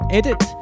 edit